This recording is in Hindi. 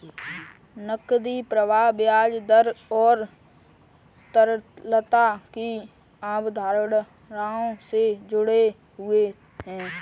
नकदी प्रवाह ब्याज दर और तरलता की अवधारणाओं से जुड़े हुए हैं